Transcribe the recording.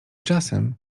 czasem